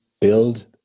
build